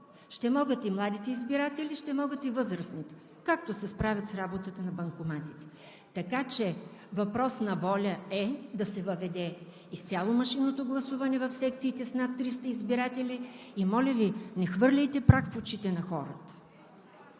Ще могат и младите избиратели, ще могат и възрастните, както се справят с работата на банкоматите. Така че въпрос на воля е да се въведе изцяло машинното гласуване в секциите с над 300 избиратели. И моля Ви, не хвърляйте прах в очите на хората.